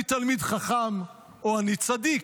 אני תלמיד חכם או אני צדיק?